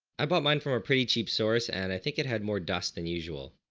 i bought mine for pretty cheap source and i think it had more dust than usual.